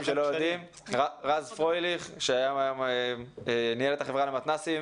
רז פרויליך שניהל את החברה למתנ"סים